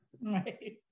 Right